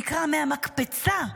שנקרא מהמקפצה,